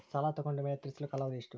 ಸಾಲ ತಗೊಂಡು ಮೇಲೆ ತೇರಿಸಲು ಕಾಲಾವಧಿ ಎಷ್ಟು?